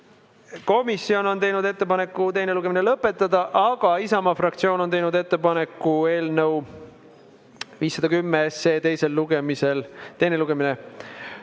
Komisjon on teinud ettepaneku teine lugemine lõpetada, aga Isamaa fraktsioon on teinud ettepaneku eelnõu 510 teine lugemine katkestada.